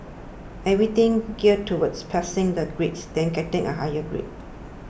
everything geared towards passing the grades then getting a higher grade